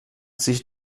sich